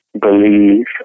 believe